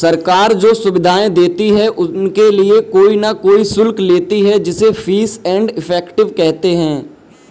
सरकार जो सुविधाएं देती है उनके लिए कोई न कोई शुल्क लेती है जिसे फीस एंड इफेक्टिव कहते हैं